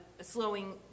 slowing